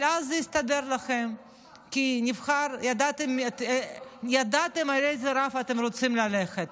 אבל אז זה הסתדר לכם כי ידעתם על איזה רב אתם רוצים ללכת.